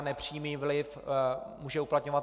Nepřímý vliv může uplatňovat